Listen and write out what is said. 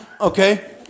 Okay